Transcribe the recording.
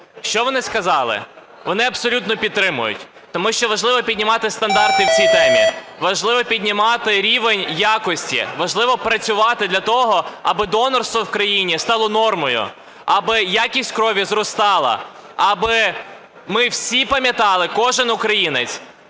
Що вони сказали? Вони абсолютно підтримують, тому що важливо піднімати стандарти в цій темі, важливо піднімати рівень якості, важливо працювати для того, аби донорство в країні стало нормою, аби якість крові зростала, аби ми всі пам'ятали, кожен українець,